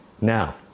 Now